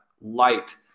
light